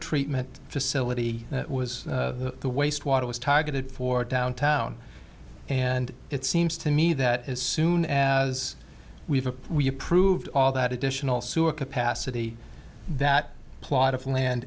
treatment facility was the waste water was targeted for downtown and it seems to me that as soon as we've we approved all that additional sewer capacity that plot of land